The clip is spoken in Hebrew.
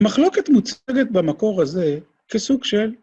מחלוקת מוצגת במקור הזה כסוג של...